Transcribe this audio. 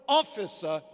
officer